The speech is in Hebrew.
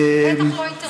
בטח לא אינטרס שלנו.